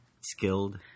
Skilled